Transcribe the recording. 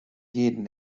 jeden